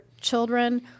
children